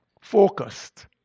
Focused